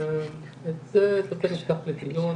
גם על הראייה העתידית,